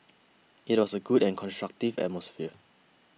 it was a good and constructive atmosphere